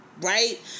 right